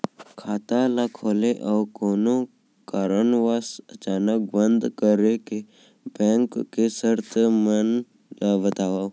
खाता ला खोले अऊ कोनो कारनवश अचानक बंद करे के, बैंक के शर्त मन ला बतावव